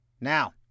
Now